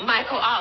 Michael